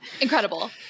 incredible